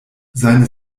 seine